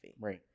Right